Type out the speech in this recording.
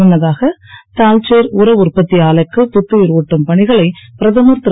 முன்னதாக தால்சேர் உர உற்பத்தி ஆலைக்கு புத்துயிர் ஊட்டும் பணிகளை பிரதமர் திரு